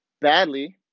badly